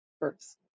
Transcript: first